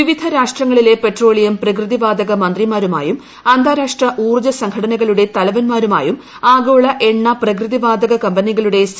വിവിധ രാഷ്ട്രങ്ങളിലെ പെട്രോളിയം പ്രകൃതിവാതക മന്ത്രിമാരുമായും അന്താരാഷ്ട്ര ഊർജ്ജ സംഘടനകളുടെ തലവന്മാരുമായും ആഗോള എണ്ണ പ്രകൃതി വാതക കമ്പനികളുടെ സി